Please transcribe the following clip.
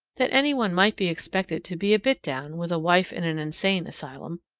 that any one might be expected to be a bit down with a wife in an insane asylum.